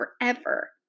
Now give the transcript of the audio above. forever